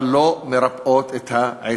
אבל לא מרפאות את העצב.